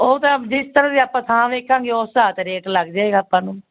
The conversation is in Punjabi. ਉਹ ਤਾਂ ਜਿਸ ਤਰ੍ਹਾਂ ਦੀ ਆਪਾਂ ਥਾਂ ਵੇਖਾਂਗੇ ਉਸ ਹਿਸਾਬ 'ਤੇ ਰੇਟ ਲੱਗ ਜਾਏਗਾ ਆਪਾਂ ਨੂੰ